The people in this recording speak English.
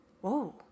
whoa